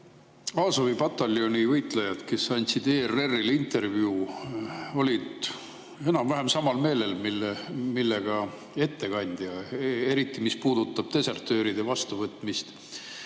Azovi pataljoni võitlejad, kes andsid ERR‑ile intervjuu, olid enam-vähem samal arvamusel kui ettekandja, eriti mis puudutab desertööride vastuvõtmist.